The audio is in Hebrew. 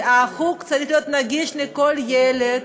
החוג צריך להיות נגיש לכל ילד.